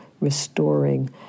restoring